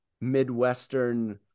Midwestern